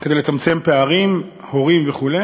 כדי לצמצם פערים, הורים וכו',